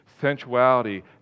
sensuality